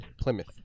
Plymouth